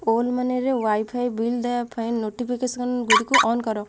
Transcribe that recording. ଓଲା ମନିର wifi bill ଦେବା ପାଇଁ ନୋଟିଫିକେସନ୍ ଗୁଡ଼ିକୁ ଅନ୍ କର